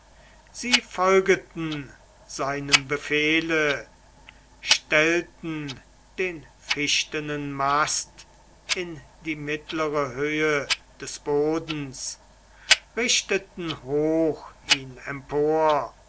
sie folgeten seinem befehle stellten den fichtenen mast in die mittlere höhe des bodens richteten hoch ihn empor